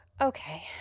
Okay